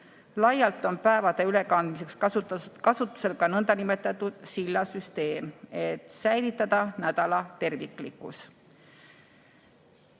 Laialt on päevade ülekandmiseks kasutusel ka nõndanimetatud sillasüsteem, et säilitada nädala terviklikkus.